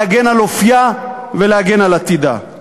להגן על אופייה ולהגן על עתידה?